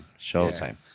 showtime